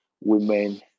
women